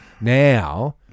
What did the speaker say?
Now